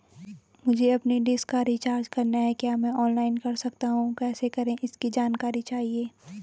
मुझे अपनी डिश का रिचार्ज करना है क्या मैं ऑनलाइन कर सकता हूँ कैसे करें इसकी जानकारी चाहिए?